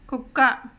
కుక్క